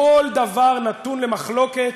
כל דבר נתון למחלוקת.